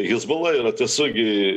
hezbola yra tiesiogiai